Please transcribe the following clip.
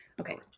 Okay